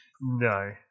no